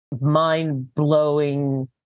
mind-blowing